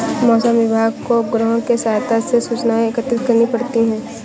मौसम विभाग को उपग्रहों के सहायता से सूचनाएं एकत्रित करनी पड़ती है